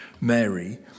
mary